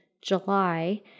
July